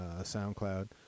SoundCloud